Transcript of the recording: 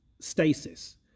stasis